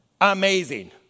Amazing